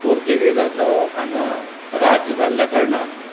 पुर्तूगेजाचो हांगा राज्य जाल्ल्या कारणान